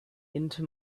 into